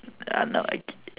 uh no okay